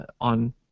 on